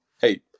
hey